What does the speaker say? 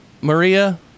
Maria